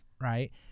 right